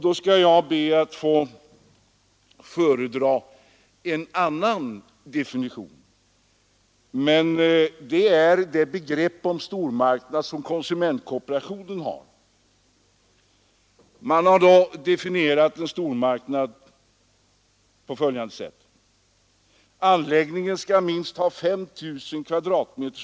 Jag skall alltså be att få föredra den andra definitionen — det begrepp om stormarknad som konsumentkooperationen använder. Man har definierat en stormarknad på följande sätt: Anläggningen skall ha minst 5 000 m?